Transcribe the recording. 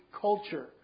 culture